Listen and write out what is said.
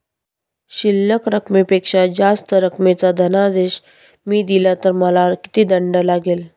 शिल्लक रकमेपेक्षा जास्त रकमेचा धनादेश मी दिला तर मला किती दंड लागेल?